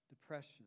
depression